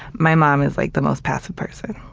my mom is, like, the most passive person.